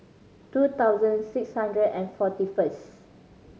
two thousand six hundred and forty first